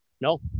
No